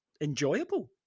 enjoyable